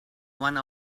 one